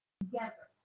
together